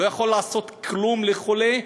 לא יכול לעשות כלום לחולה,